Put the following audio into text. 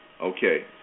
Okay